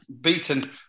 beaten